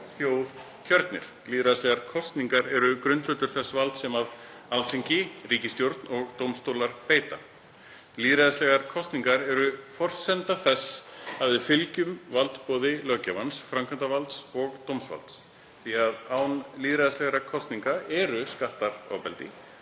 Lýðræðislegar kosningar eru grundvöllur þess valds sem Alþingi, ríkisstjórn og dómstólar beita. Lýðræðislegar kosningar eru forsenda þess að við fylgjum valdboði löggjafans, framkvæmdarvalds og dómsvalds því að án lýðræðislegra kosninga eru skattar ofbeldi,